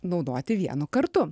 naudoti vienu kartu